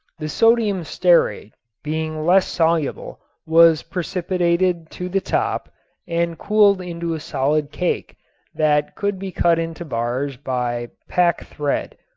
the sodium stearate being less soluble was precipitated to the top and cooled into a solid cake that could be cut into bars by pack thread.